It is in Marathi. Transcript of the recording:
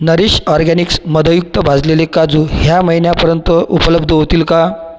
नरीश ऑर्गॅनिक्स मधयुक्त भाजलेले काजू ह्या महिन्यापर्यंत उपलब्ध होतील का